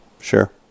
Sure